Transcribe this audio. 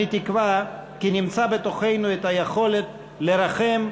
אני תקווה כי נמצא בתוכנו את היכולת לרחם,